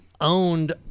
owned